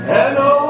Hello